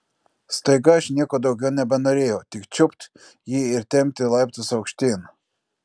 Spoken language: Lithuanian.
staiga aš nieko daugiau nebenorėjau tik čiupt jį ir tempti laiptais aukštyn